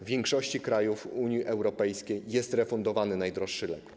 W większości krajów Unii Europejskiej jest refundowany najdroższy lek.